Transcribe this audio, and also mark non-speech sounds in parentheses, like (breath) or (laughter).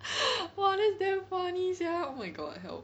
(breath) !wah! that's damn funny sia oh my god help